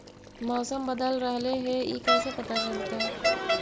मौसम बदल रहले हे इ कैसे पता चलतै?